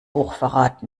hochverrat